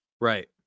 Right